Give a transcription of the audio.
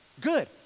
Good